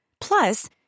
Plus